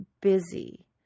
busy